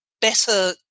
better